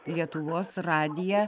lietuvos radiją